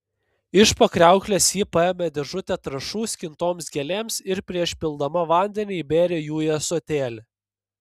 iš po kriauklės ji paėmė dėžutę trąšų skintoms gėlėms ir prieš pildama vandenį įbėrė jų į ąsotėlį